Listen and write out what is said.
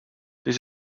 this